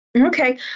Okay